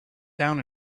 down